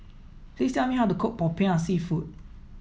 please tell me how to cook Popiah Seafood